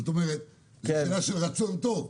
זאת אומרת זו שאלה של רצון טוב,